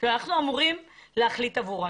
ואנחנו אמורים להחליט עבורם.